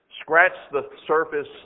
scratch-the-surface